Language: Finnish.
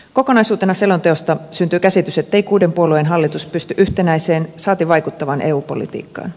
kokonaisuutena selonteosta syntyy käsitys ettei kuuden puolueen hallitus pysty yhtenäiseen saati vaikuttavaan eu politiikkaan